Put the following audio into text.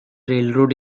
railroad